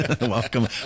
welcome